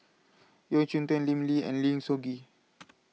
Yeo Cheow Tong Lim Lee and Lim Soo Ngee